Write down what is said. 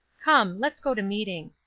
come, let's go to meeting.